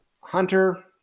Hunter